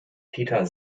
peter